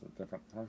Different